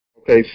Okay